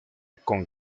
con